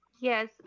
Yes